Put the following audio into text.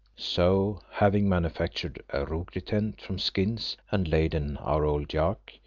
so, having manufactured a rougri tent from skins, and laden our old yak,